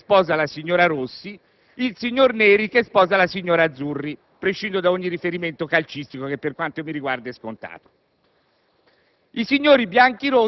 dal signor Bianchi che sposa la signora Rossi e il signor Neri che sposa la signora Azzurri (prescindo da ogni riferimento calcistico, che per quanto mi riguarda è scontato).